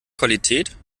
qualität